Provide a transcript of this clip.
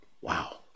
Wow